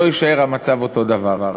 לא יישאר המצב אותו דבר.